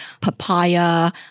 papaya